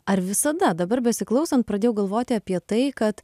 ar visada dabar besiklausant pradėjau galvoti apie tai kad